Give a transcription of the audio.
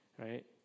Right